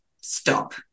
stop